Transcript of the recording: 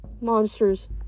Monsters